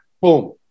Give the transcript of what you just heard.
boom